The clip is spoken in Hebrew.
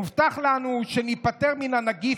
מובטח לנו שניפטר מן הנגיף,